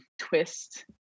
twist